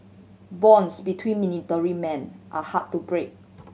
bonds between military men are hard to break